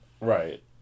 Right